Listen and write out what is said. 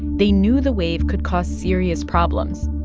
they knew the wave could cause serious problems,